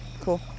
cool